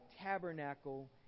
tabernacle